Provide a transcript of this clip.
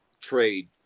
trade